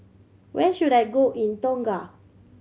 where should I go in Tonga